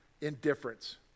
indifference